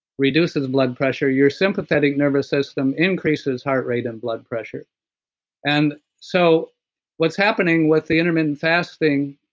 reduces blood pressure your sympathetic nervous system increases heart rate and blood pressure and so what's happening with the intermittent fasting,